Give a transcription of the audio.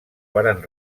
varen